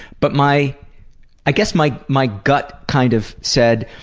but my i guess my my gut kind of said,